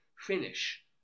finish